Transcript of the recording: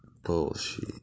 bullshit